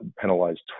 penalized